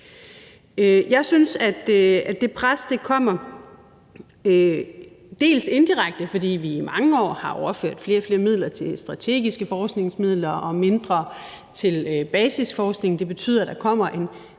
Jeg synes, at det pres kommer indirekte, fordi vi i mange år har overført flere og flere midler til strategiske forskningsmidler og mindre til basisforskning, og det betyder, at der bliver